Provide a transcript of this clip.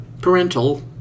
parental